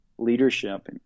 leadership